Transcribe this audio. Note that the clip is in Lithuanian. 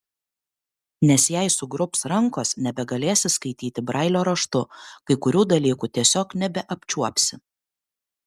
nes jei sugrubs rankos nebegalėsi skaityti brailio raštu kai kurių dalykų tiesiog nebeapčiuopsi